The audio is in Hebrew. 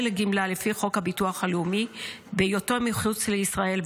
לגמלה לפי חוק הביטוח הלאומי בהיותו מחוץ לישראל,